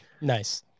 nice